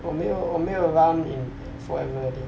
我没有我没有 run in forever